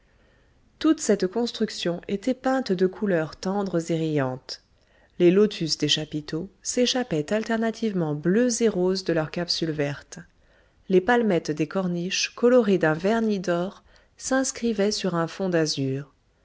toute cette construction était peinte de couleurs tendres et riantes les lotus des chapiteaux s'échappaient alternativement bleus et roses de leurs capsules vertes les palmettes des corniches colorées d'un vernis d'or s'inscrivaient sur un fond d'azur